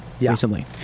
recently